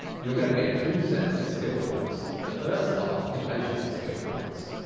you're going to get two sets of skill points the first are occupational skill points.